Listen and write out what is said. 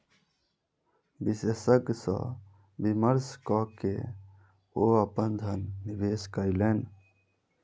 विशेषज्ञ सॅ विमर्श कय के ओ अपन धन निवेश कयलैन